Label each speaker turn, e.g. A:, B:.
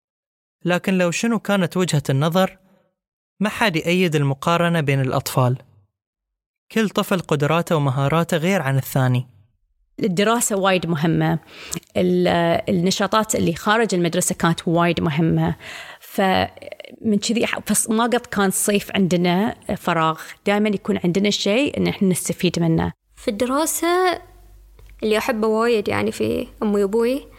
A: لكن لو شنو كانت وجهة النظر، ما حد يأيد المقارنة بين الأطفال. كل طفل قدراته ومهاراته غير عن الثاني.
B: الدراسة وايد مهمة. ال- النشاطات اللي خارج المدرسة كانت وايد مهمة. ف- من شذي- فص- ما قط كان صيف عندنا فراغ. دايماً يكون عندنا شيء إن إحنا نستفيد منه.
C: في الدراسة اللي أحبه وايد يعني في أمي وأبوي.